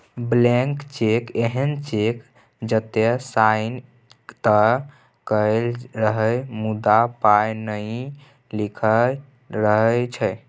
blank cheque एहन cheque जतय sign तए कएल रहय मुदा पाइ नहि लिखल रहै छै